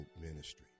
ministry